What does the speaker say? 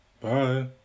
Bye